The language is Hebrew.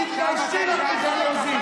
תתביישי לך, מיכל רוזין.